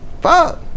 Fuck